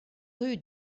rue